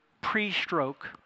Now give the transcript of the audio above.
pre-stroke